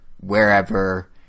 wherever